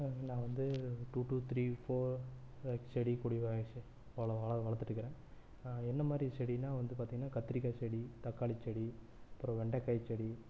நான் வந்து two two three four செடி கொடிகளை வச்சு வள வளர்த்துட்டு இருக்கிறேன் எந்தமாதிரி செடியினால் வந்து பார்த்திங்கன்னா கத்திரிக்காய் செடி தக்காளி செடி அப்புறம் வெண்டைக்காய் செடி